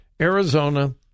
Arizona